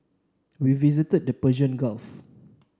we visited the Persian Gulf